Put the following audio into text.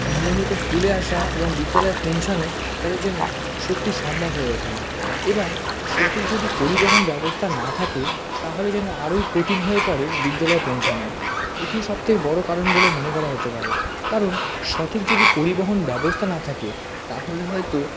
নিয়মিত স্কুলে আসা এবং বিদ্যালয়ে পৌঁছানো তাদের যেন সত্যি সম্ভব হয়ে ওঠে না এবং সঠিক যদি পরিবহন ব্যবস্থা না থাকে তাহলে যেন আরোই কঠিন হয়ে পড়ে বিদ্যালয়ে পৌঁছানো এটি সব থেকে বড়ো কারণ বলে মনে করা হতে পারে কারণ সঠিক যদি পরিবহন ব্যবস্থা না থাকে তাহলে হয়তো